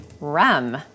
rum